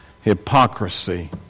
hypocrisy